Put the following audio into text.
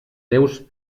déus